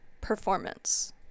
performance